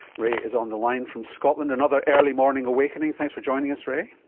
ray is on the line from scotland. another early morning awakening. thanks for joining us ray.